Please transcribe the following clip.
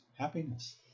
Happiness